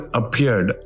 appeared